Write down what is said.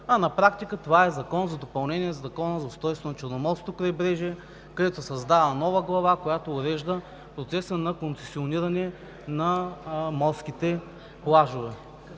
а на практика е Закон за допълнение на Закона за устройството на Черноморското крайбрежие, където се създава нова глава, която урежда процеса на концесиониране на морските плажове.